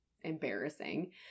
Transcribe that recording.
embarrassing